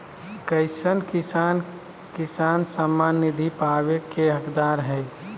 कईसन किसान किसान सम्मान निधि पावे के हकदार हय?